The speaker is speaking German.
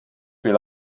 will